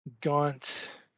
gaunt